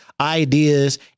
ideas